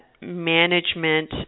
management